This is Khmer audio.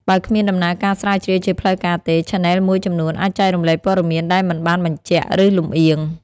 បើគ្មានដំណើរការស្រាវជ្រាវជាផ្លូវការទេ ឆានែលមួយចំនួនអាចចែករំលែកព័ត៌មានដែលមិនបានបញ្ជាក់ ឬលំអៀង។